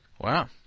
Wow